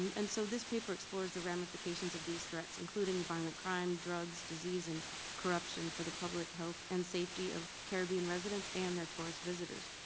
um and so this paper explores the ramifications of these threats, including violent crime, drugs, disease, and corruption for the public health and safety of caribbean residents and their tourist visitors.